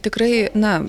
tikrai na